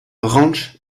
ranch